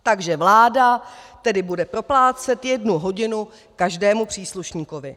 Takže vláda tedy bude proplácet jednu hodinu každému příslušníkovi.